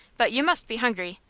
but you must be hungry.